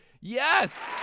Yes